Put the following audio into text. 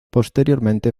posteriormente